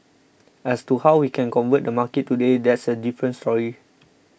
as to how we can convert the market today that's a different story